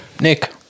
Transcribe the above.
Nick